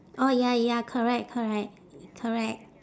orh ya ya correct correct correct